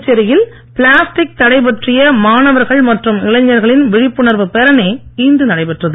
புதுச்சேரியில் பிளாஸ்டிக் தடை பற்றிய மாணவர்கள் மற்றும் இளைஞர்களின் விழிப்புணர்வு பேரணி இன்று நடைபெற்றது